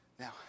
Now